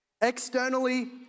externally